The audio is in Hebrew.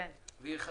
יהיה חסר.